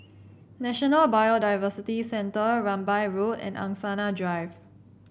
National Biodiversity Centre Rambai Road and Angsana Drive